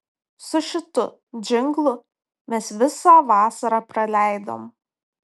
su šitu džinglu mes visą vasarą praleidom